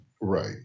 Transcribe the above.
Right